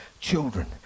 children